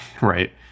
right